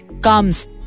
comes